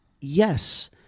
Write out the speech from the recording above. yes